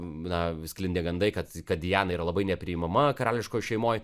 na sklindė gandai kad kad diana yra labai nepriimama karališkoj šeimoj